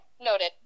noted